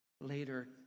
later